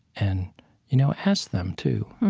and you know ask them too,